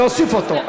להוסיף אותו.